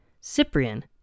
Cyprian